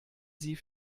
sie